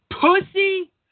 pussy